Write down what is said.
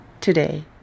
today